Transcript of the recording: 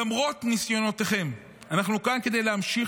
למרות ניסיונותיכם אנחנו כאן כדי להמשיך